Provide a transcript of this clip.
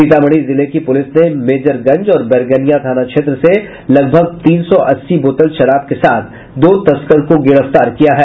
सीतामढी जिले की पूलिस ने मेजरगंज और बैरगनिया थाना क्षेत्र से लगभग तीन सौ अस्सी बोतल शराब के साथ दो तस्कर को गिरफ्तार किया है